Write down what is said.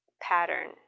pattern